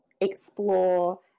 explore